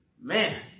Man